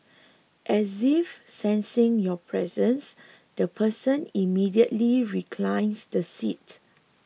as if sensing your presence the person immediately reclines the seat